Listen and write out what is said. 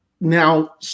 now